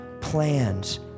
plans